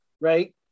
right